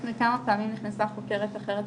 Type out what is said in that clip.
וכמה פעמים נכנסה חוקרת אחרת,